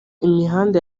imihanda